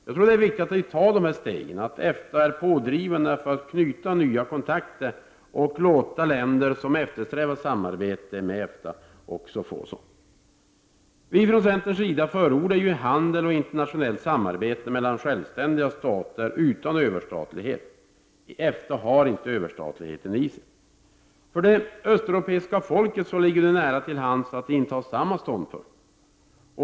Jag tror att det är viktigt att EFTA är pådrivande för att knyta nya kontakter och att låta länder som eftersträvar samarbete med EFTA också få ett sådant. Centern förordar ju handel och internationellt samarbete mellan självständiga stater utan överstatlighet. EFTA har inte överstatligheten i sig. För de östeuropeiska folken ligger det nära till hands att inta samma ståndpunkt.